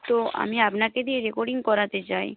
তো আমি আপনাকে দিয়ে রেকর্ডিং করাতে চাই